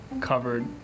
covered